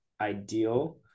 ideal